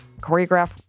choreograph